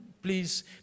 Please